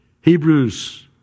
Hebrews